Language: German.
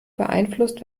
beeinflusst